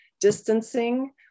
Distancing